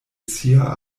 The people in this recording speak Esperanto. sia